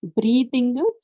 breathing